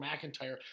McIntyre